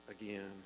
again